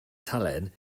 tallinn